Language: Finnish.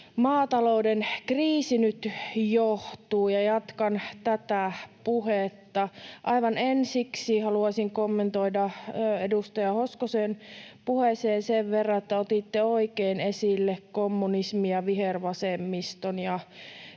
maatalouden kriisi nyt johtuu, ja jatkan tätä puhetta. Aivan ensiksi haluaisin kommentoida edustaja Hoskosen puheeseen sen verran, että otitte oikein esille kommunismin ja vihervasemmiston